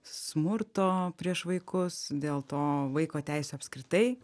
smurto prieš vaikus dėl to vaiko teisių apskritai